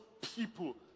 people